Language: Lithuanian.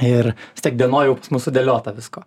ir vis tiek dienoj jau pas mus sudėliota visko